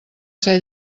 ser